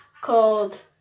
called